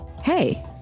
Hey